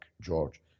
George